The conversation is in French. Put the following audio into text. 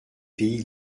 pays